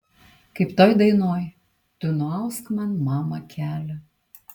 kaip toj dainoj tu nuausk man mama kelią